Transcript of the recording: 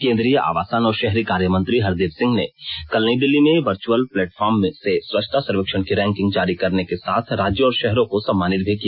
केंद्रीय आवासन और शहरी कार्य मंत्री हरदीप सिंह ने कल नई दिल्ली में वर्च्यअल प्लेटफॉर्म से स्वच्छता सर्वेक्षण की रैंकिंग जारी करने के साथ राज्यों और शहरों को सम्मानित भी किया